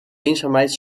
eenzaamheid